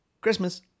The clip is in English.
Christmas